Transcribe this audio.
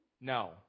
No